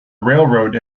railroad